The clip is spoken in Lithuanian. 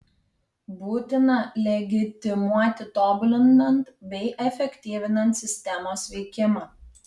būtina legitimuoti tobulinant bei efektyvinant sistemos veikimą